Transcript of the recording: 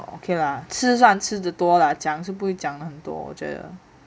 okay lah 吃算吃得多了讲是不会讲的很多我觉得